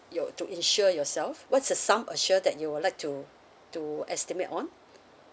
your to insure yourself what's the sum assure that you would like to to estimate on